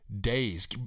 days